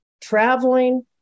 traveling